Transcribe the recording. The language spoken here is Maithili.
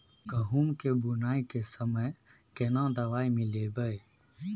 गहूम के बुनाई के समय केना दवाई मिलैबे?